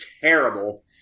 terrible